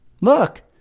Look